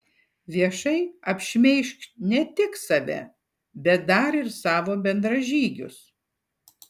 viešai apšmeižk ne tik save bet dar ir savo bendražygius